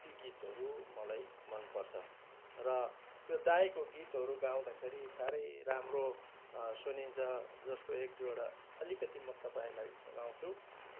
ती गीतहरू मलाई मन पर्छ र त्यो दाईँको गीतहरू गाउँदाखेरि साह्रै राम्रो सुनिन्छ जस्तै एक दुइवटा अलिकति म तपाईँलाई सुनाउँछु